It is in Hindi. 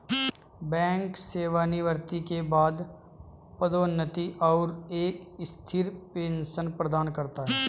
बैंक सेवानिवृत्ति के बाद पदोन्नति और एक स्थिर पेंशन प्रदान करता है